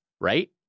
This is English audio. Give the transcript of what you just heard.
right